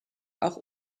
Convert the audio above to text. auch